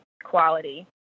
quality